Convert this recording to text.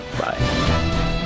Bye